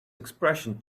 expression